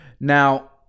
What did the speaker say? Now